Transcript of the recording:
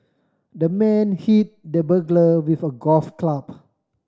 the man hit the burglar with a golf club